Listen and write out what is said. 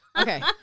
Okay